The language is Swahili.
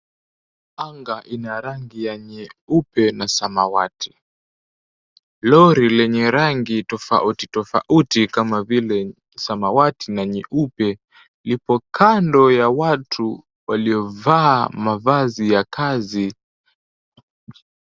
Anga ina rangi ya nyeupe na samawati. Lori lenye rangi tofauti tofauti kama vile samawati na nyeupe, lipo kando ya watu waliovaa mavazi ya kazi.